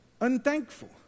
unthankful